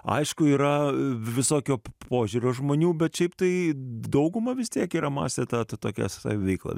aišku yra visokio požiūrio žmonių bet šiaip tai dauguma vis tiek tai yra masė ta tokias veiklas